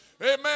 Amen